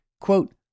quote